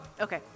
Okay